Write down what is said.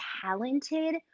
talented